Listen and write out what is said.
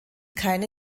keine